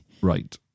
Right